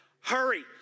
Hurry